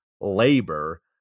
labor